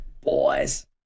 Boys